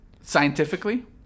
Scientifically